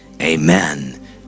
amen